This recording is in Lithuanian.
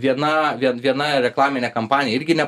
viena vien viena reklaminė kampanija irgi ne